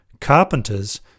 Carpenters